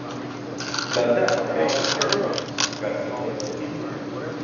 tada paklausiau henrio kas sudėjo indus